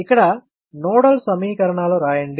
ఇక్కడ నోడల్ సమీకరణాలు రాయండి